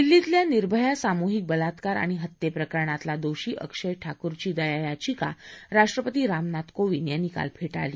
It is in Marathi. दिल्लीतल्या निर्भया सामूहिक बलात्कार आणि हत्येप्रकरणातला दोषी अक्षय ठाकूरची दया याचिका राष्ट्रपती रामनाथ कोविंद यांनी काल फे ळली